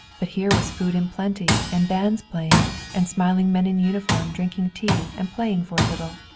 but here was food in plenty and bands playing and smiling men in uniform drinking tea and playing for a little.